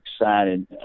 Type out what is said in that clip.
excited